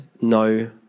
no